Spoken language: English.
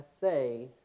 say